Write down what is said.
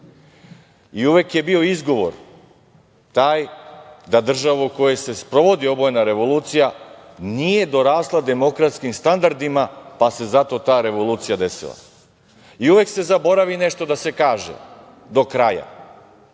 i uvek je bio izgovor taj da država u kojoj se sprovodi revolucija nije dorasla demokratskim standardima pa se zato ta revolucija desila. Uvek se zaboravi da se nešto kaže do kraja